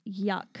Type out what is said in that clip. Yuck